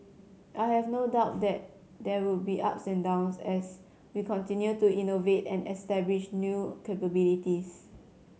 I have no doubt that there will be ups and downs as we continue to innovate and establish new capabilities